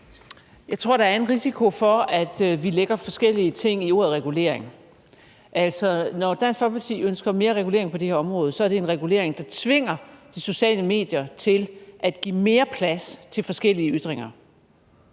Jeg tror, der er en risiko for, at vi lægger forskellige ting i ordet regulering. Altså, når Dansk Folkeparti ønsker mere regulering på det her område, er det en regulering, der tvinger de sociale medier til at give mere plads til forskellige ytringer